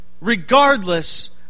regardless